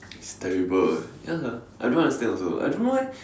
it's terrible eh ya sia I don't understand also I don't know eh